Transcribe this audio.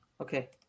Okay